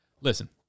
Listen